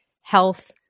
health